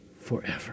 Forever